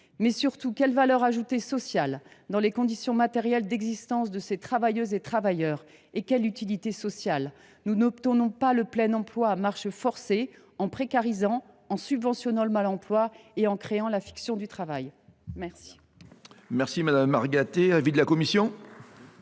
Surtout, quelle est la valeur ajoutée sociale de ces emplois dans les conditions matérielles d’existence de ces travailleuses et travailleurs, et quelle est leur utilité sociale ? Nous n’obtenons pas le plein emploi à marche forcée en précarisant, en subventionnant le mal emploi et en créant la fiction du travail. Quel